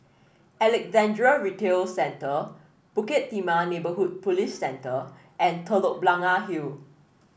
Alexandra Retail Centre Bukit Timah Neighbourhood Police Centre and Telok Blangah Hill